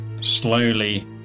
slowly